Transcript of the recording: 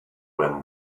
when